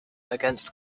against